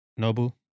Nobu